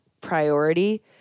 priority